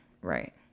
right